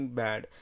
bad